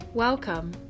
Welcome